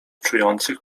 czujących